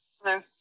Hello